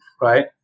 right